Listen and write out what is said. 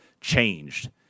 changed